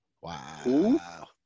Wow